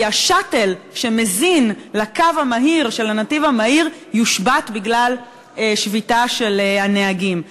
כי ה"שאטל" שמזין לקו המהיר של הנתיב המהיר יושבת בגלל שביתה של הנהגים.